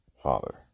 father